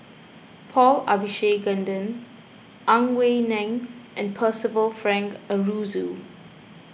Paul Abisheganaden Ang Wei Neng and Percival Frank Aroozoo